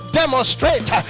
demonstrate